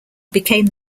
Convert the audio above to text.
became